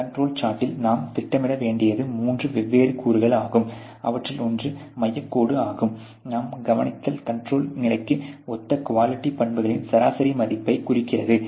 control சார்ட்டில் நாம் திட்டமிட வேண்டியது மூன்று வெவ்வேறு கூறுகள் ஆகும் அவற்றில் ஒன்று மையக் கோடு ஆகும் நாம் கவனித்ததில் கண்ட்ரோல் நிலைக்கு ஒத்த குவாலிட்டி பண்புகளின் சராசரி மதிப்பைக் குறிக்கிறது